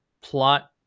plot